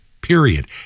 period